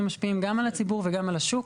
משפיעים גם על הציבור וגם על השוק.